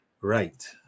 right